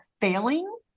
failing